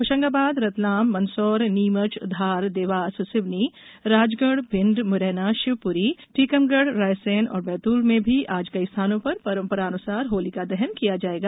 होशंगाबाद रतलाम मंदसौर नीमच धार देवास सिवनी राजगढ़ भिंड मुरैना शिवपुरी और टीकमगढ रायसेन बैतूल में आज कई स्थानों पर परम्परानुसार होलिका दहन किया जाएगा